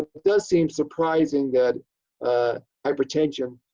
does seem surprising that hypertension,